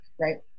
right